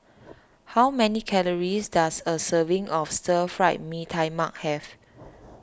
how many calories does a serving of Stir Fry Mee Tai Mak have